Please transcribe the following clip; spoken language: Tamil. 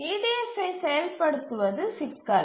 EDF ஐ செயல்படுத்துவது சிக்கல்